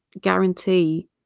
guarantee